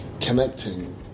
connecting